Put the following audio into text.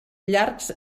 llargs